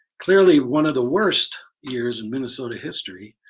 clearly one of the worst years in minnesota history.